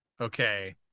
Okay